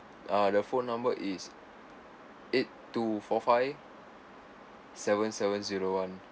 ah the phone number is eight two four five seven seven zero one